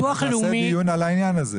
נעשה דיון על העניין הזה.